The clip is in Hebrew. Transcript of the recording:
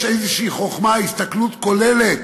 יש איזושהי חוכמה, הסתכלות כוללת,